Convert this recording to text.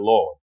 Lord